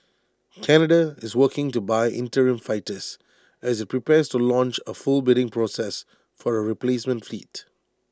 Canada is working to buy interim fighters as IT prepares to launch A full bidding process for A replacement fleet